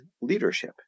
leadership